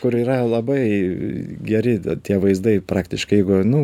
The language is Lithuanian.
kur yra labai geri tie vaizdai praktiškai jeigu nu